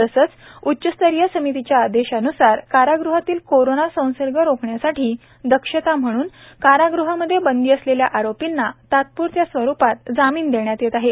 तसेच उच्चस्तरीय समितीच्या आदेशान्सार काराग़हातील कोरोना संसर्ग रोखण्यासाठी दक्षता म्हणून काराग़हामध्ये बंदी असलेल्या आरोपींना तात्प्रत्या स्वरुपात जामीन देण्यात येत आहे